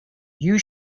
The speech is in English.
you